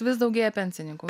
vis daugėja pensininkų